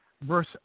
Verse